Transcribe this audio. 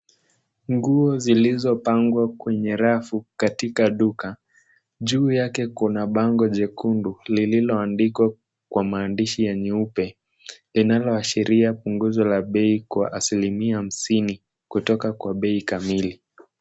Nguo zilizo pangwa kwenye rafu katika duka. Juu yake kuna bango jekundu lililo andikwa kwa maandishi ya nyeupe linalo ashiria punguzo la bei kwa asilimia hamsini kutoka kwa bei kamili.